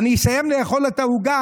אני אסיים לאכול את העוגה,